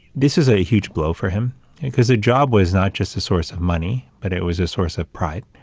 this was a huge blow for him because the job was not just a source of money, but it was a source of pride.